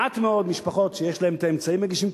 מעט מאוד משפחות שיש להן אמצעים מגישות תביעה,